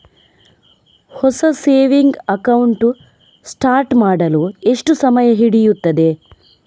ಹೊಸ saving account start ಮಾಡಲು ಎಷ್ಟು ಸಮಯ ಹಿಡಿಯುತ್ತದೆ?